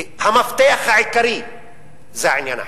המפתח העיקרי זה עניין החינוך.